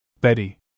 Betty